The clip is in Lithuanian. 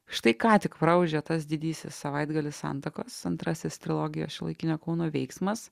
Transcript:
štai ką tik praūžė tas didysis savaitgalis santakos antrasis trilogijos šiuolaikinio kauno veiksmas